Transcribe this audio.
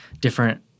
different